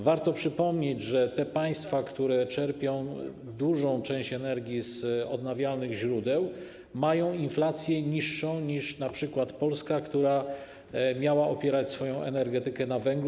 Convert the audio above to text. Warto przypomnieć, że te państwa, które czerpią dużą część energii z odnawialnych źródeł, mają inflację niższą niż np. Polska, która miała opierać swoją energetykę na węglu.